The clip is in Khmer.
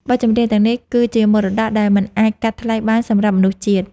បទចម្រៀងទាំងនេះ គឺជាមរតកដែលមិនអាចកាត់ថ្លៃបានសម្រាប់មនុស្សជាតិ។